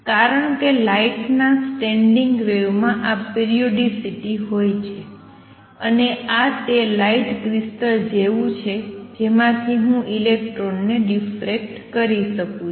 કારણ કે લાઇટ ના સ્ટેન્ડિંગ વેવ માં આ પિરિઓડિસિટી હોય છે અને આ તે લાઇટ ક્રિસ્ટલ જેવું છે જેમાંથી હું ઇલેક્ટ્રોન ને ડિફરેક્ટ કરી શકું છું